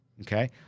Okay